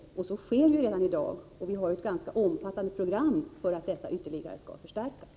Så sker redan i dag, och vi har ett ganska omfattande program för att detta ytterligare skall förstärkas.